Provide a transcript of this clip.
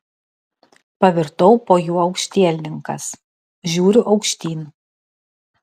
pavirtau po juo aukštielninkas žiūriu aukštyn